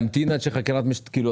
לכאן ויגידו חקירת המשטרה לא מסתיימת.